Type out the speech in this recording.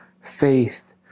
faith